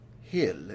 Hill